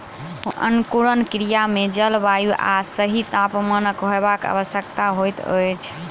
अंकुरण क्रिया मे जल, वायु आ सही तापमानक होयब आवश्यक होइत अछि